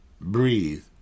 Breathe